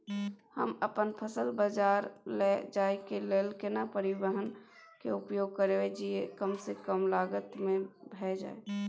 हम अपन फसल बाजार लैय जाय के लेल केना परिवहन के उपयोग करिये जे कम स कम लागत में भ जाय?